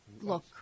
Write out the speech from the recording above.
look